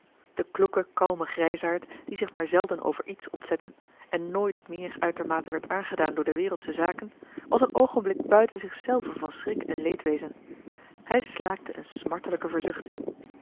de kloeke kalme grijsaard die zich maar zelden over iets ontzette en nooit meer uitermate werd aangedaan door de wereldsche zaken was een oogenblik buiten zich zelven van schrik en leedwezen hij slaakte eene smartelijke verzuchting